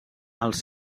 els